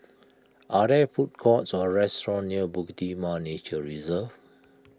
are there food courts or restaurants near Bukit Timah Nature Reserve